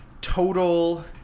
total